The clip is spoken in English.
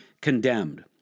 condemned